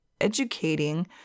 educating